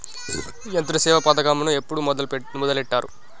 యంత్రసేవ పథకమును ఎప్పుడు మొదలెట్టారు?